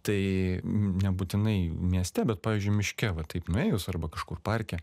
tai nebūtinai mieste bet pavyzdžiui miške va taip nuėjus arba kažkur parke